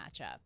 matchup